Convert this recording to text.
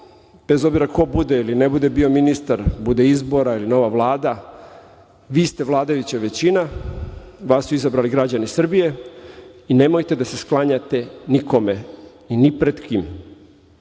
bez obzira ko bude ili ne bude bio ministar, ako bude izbora ili nova Vlada, vi ste vladajuća većina, vas su izabrali građani Srbije i nemojte da se sklanjate nikome i ni pred kim.